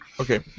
Okay